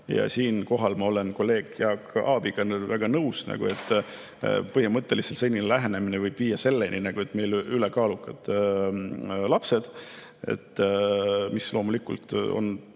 Siinkohal ma olen kolleeg Jaak Aabiga väga nõus, et põhimõtteliselt senine lähenemine võib viia selleni, et meil on ülekaalus lapsed, mis loomulikult on